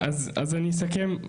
אז אני אסכם,